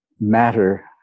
matter